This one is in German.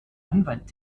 anwalt